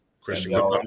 Christian